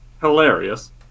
Hilarious